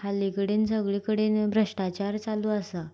हाल्ली कडेन सगळे कडेन भ्रश्टाचार चालू आसा